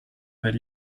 per